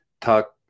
talk